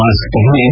mask पहनें